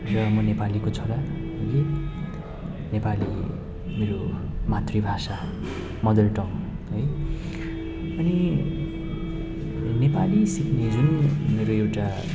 हजुर म नेपालीको छोरा हो कि नेपाली मेरो मातृभाषा मदर टङ है अनि नेपाली सिक्ने जुन मेरो एउटा